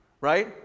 Right